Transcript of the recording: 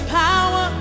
power